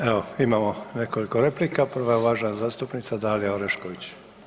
Evo, imamo nekoliko replika, prva je uvažena zastupnica Dalija Orešković.